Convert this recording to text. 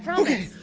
so okay,